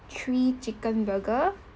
three chicken burger